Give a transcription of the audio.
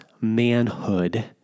manhood